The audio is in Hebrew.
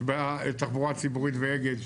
בתחבורה הציבורית ואגד,